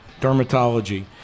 dermatology